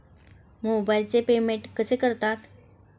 मोबाइलचे पेमेंट कसे करतात?